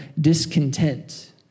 discontent